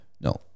no